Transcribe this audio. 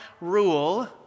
rule